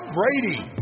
Brady